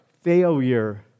failure